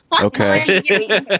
Okay